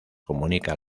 comunica